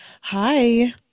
hi